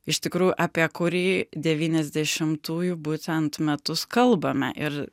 iš tikrųjų apie kurį devyniasdešimtųjų būtent metus kalbame ir